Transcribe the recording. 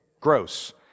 Gross